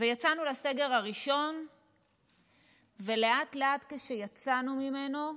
יצאנו לסגר הראשון ולאט-לאט, כשיצאנו ממנו,